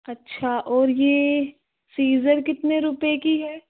अच्छा और यह सीज़र कितने रुपए की है